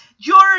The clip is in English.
george